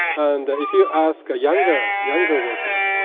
and if you ask younger younger workers,